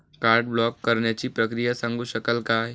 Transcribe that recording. Card block करण्याची प्रक्रिया सांगू शकाल काय?